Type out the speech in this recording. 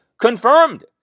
confirmed